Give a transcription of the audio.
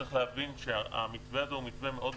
צריך להבין שהמתווה הזה הוא מאוד בעייתי.